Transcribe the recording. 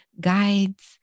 guides